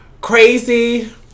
Crazy